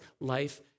life